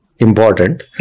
important